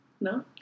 No